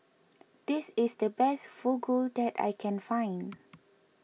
this is the best Fugu that I can find